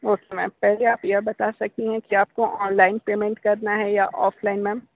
okay ma'am पहले आप यह बता सकती हैं कि आपको ऑनलाइन पेमेंट करना है या ऑफलाइन मैम